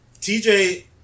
TJ